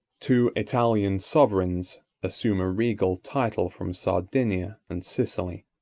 two italian sovereigns assume a regal title from sardinia and sicily.